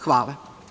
Hvala.